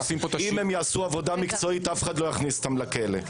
אם הם יעשו עבודה מקצועית אף אחד לא יכניס אותם לכלא.